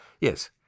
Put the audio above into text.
yes